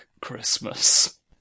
Christmas